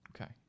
Okay